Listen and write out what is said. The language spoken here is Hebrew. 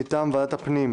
מטעם ועדת הפנים